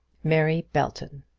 mary belton.